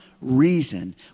reason